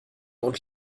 und